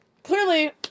Clearly